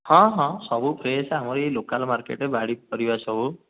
ହଁ ହଁ ସବୁ ଫ୍ରେସ୍ ଆମର ଏ ଲୋକାଲ୍ ମାର୍କେଟରେ ବାଡ଼ି ପରିବା ସବୁ